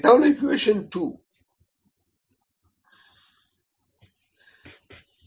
এটা হল ইকুয়েশন 2